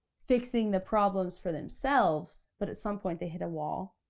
fixing the problems for themselves, but at some point they hit a wall,